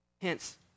Hence